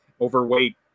overweight